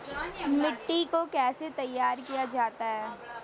मिट्टी को कैसे तैयार किया जाता है?